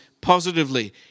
positively